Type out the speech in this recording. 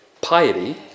piety